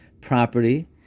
property